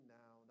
now